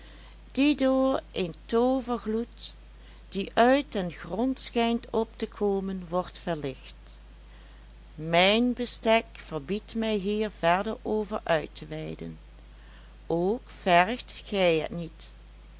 die door een toovergloed die uit den grond schijnt op te komen wordt verlicht mijn bestek verbiedt mij hier verder over uit te weiden ook vergt gij het niet